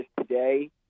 today